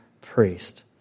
priest